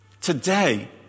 Today